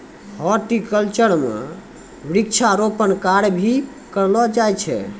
horticulture म वृक्षारोपण कार्य भी करलो जाय छै